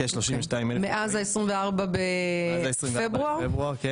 מאז ה-24 בפברואר?